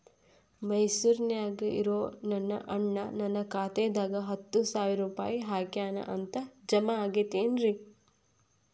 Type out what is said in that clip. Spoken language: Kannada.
ಮೈಸೂರ್ ನ್ಯಾಗ್ ಇರೋ ನನ್ನ ಅಣ್ಣ ನನ್ನ ಖಾತೆದಾಗ್ ಹತ್ತು ಸಾವಿರ ರೂಪಾಯಿ ಹಾಕ್ಯಾನ್ ಅಂತ, ಜಮಾ ಆಗೈತೇನ್ರೇ?